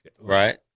right